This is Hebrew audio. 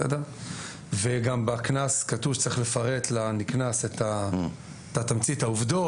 וגם בקנס כתוב שצריך לפרט לנקנס את תמצית העובדות,